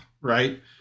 right